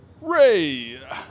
Ray